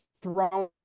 thrown